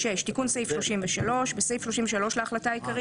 תיקון סעיף 33 6. בסעיף 33 להחלטה העיקרית,